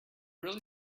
really